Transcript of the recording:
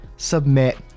submit